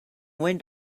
went